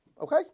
okay